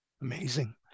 Amazing